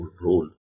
role